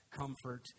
comfort